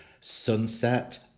Sunset